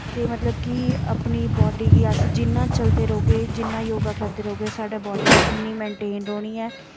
ते मतलब कि अपनी बॉड्डी गी अस जिन्ना चलदे रौंह्दे जिन्ना योगा करदे रौह्गे ते साढ़ी बाड्डी इन्नी मेन्टेन रौह्नी ऐ